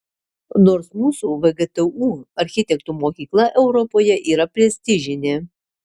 nors mūsų vgtu architektų mokykla europoje yra prestižinė